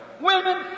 Women